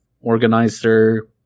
organizer